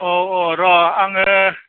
औ औ र' आङो